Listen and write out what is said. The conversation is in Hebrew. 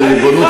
לא תחולק.